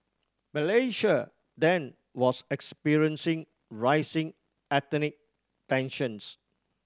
Malaysia then was experiencing rising ethnic tensions